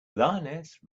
lioness